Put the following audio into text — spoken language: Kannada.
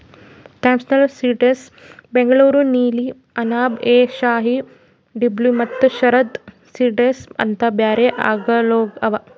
ಥಾಂಪ್ಸನ್ ಸೀಡ್ಲೆಸ್, ಬೆಂಗಳೂರು ನೀಲಿ, ಅನಾಬ್ ಎ ಶಾಹಿ, ದಿಲ್ಖುಷ ಮತ್ತ ಶರದ್ ಸೀಡ್ಲೆಸ್ ಅಂತ್ ಬ್ಯಾರೆ ಆಂಗೂರಗೊಳ್ ಅವಾ